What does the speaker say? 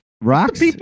Rocks